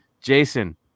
Jason